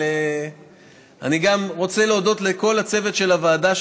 אני גם רוצה להודות לכל הצוות של הוועדה שלי,